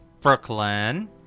Brooklyn